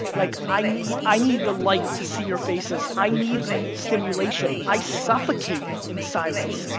like i need i need the light to see your faces. i need the stimulation. i suffocate in silence.